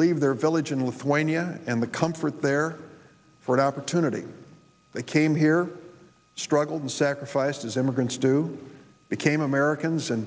leave their village in lithuania and the comfort there for an opportunity they came here struggled and sacrificed is immigrants to became americans and